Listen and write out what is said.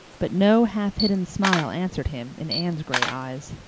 but no half hidden smile answered him in anne's gray eyes,